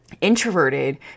introverted